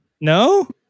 no